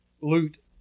loot